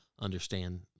understand